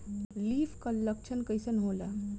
Leaf curl लक्षण कइसन होला?